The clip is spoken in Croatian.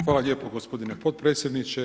Hvala lijepo gospodine potpredsjedniče.